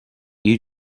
you